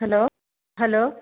hello hello